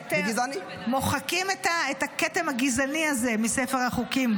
באמת מוחקים את הכתם הגזעני הזה מספר החוקים.